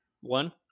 One